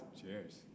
Cheers